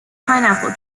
pineapple